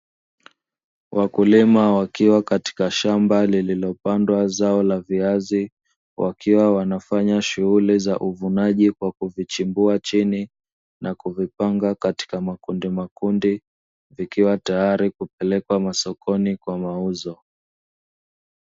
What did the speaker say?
Wakulima wakiwa katika shamba lililopandwa zao la viazi, wakiwa wanafanya shughuli za uvunaji kwa kuvichimbua chini na kuvipanga katika makundi makundi, vikiwa tayari kupelekwa masokoni kwa mauzo.